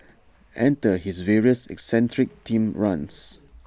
enter his various eccentric themed runs